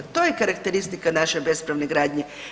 To je karakteristika naše bespravne gradnje.